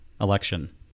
election